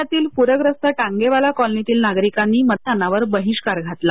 पुण्यातील पूर्यस्त टांगावाला कॉलनीतील नागरिकांनी मतदानावर बहिष्कार घातला